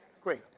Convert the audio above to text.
Great